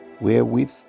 wherewith